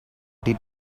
did